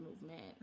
movement